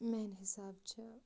میٛانہِ حِساب چھِ